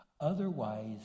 Otherwise